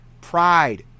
Pride